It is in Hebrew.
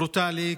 ברוטלי,